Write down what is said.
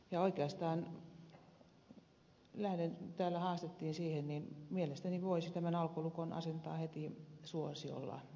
ja oikeastaan lähden siitä kun täällä haastettiin siihen että mielestäni voisi tämän alkolukon asentaa heti suosiolla autoihin